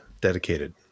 dedicated